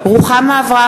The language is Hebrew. (קוראת בשמות חברי הכנסת) רוחמה אברהם-בלילא,